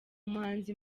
umuhanzi